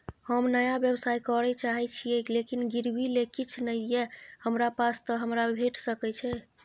हम नया व्यवसाय करै चाहे छिये लेकिन गिरवी ले किछ नय ये हमरा पास त हमरा भेट सकै छै?